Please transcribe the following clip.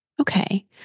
Okay